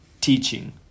teaching